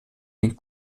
den